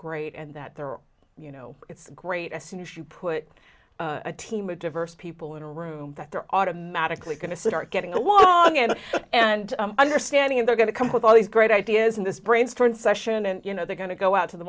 great and that there are you know it's great as soon as you put a team of diverse people in a room that they're automatically going to start getting away and understanding they're going to come up with all these great ideas in this brainstorming session and you know they're going to go out to the